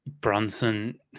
Brunson